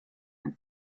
man